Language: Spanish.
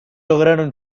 lograron